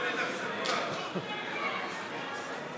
חברי הכנסת,